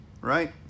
right